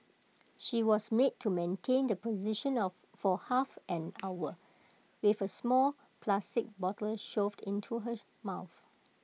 she was made to maintain the position of for half an hour with A small plastic bottle shoved into her mouth